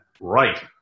Right